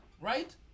right